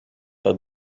par